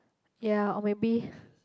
ya or maybe